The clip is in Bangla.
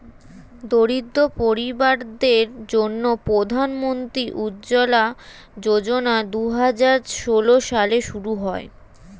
দরিদ্র পরিবারদের জন্যে প্রধান মন্ত্রী উজ্জলা যোজনা দুহাজার ষোল সালে শুরু হয়